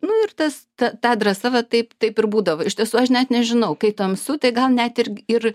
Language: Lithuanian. nu ir tas ta ta drąsa va taip taip ir būdavo iš tiesų aš net nežinau kai tamsu tai gal net ir ir